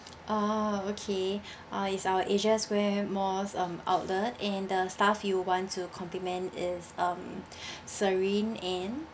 oh okay oh it's our asia square malls um outlet and the staff you want to compliment is um serene and